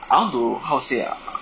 I want to how to say ah